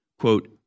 Quote